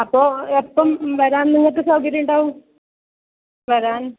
അപ്പോൾ എപ്പം വരാൻ നിങ്ങൾക്ക് സൗകര്യം ഉണ്ടാവും വരാൻ